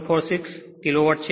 746 kilo watt છે